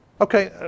Okay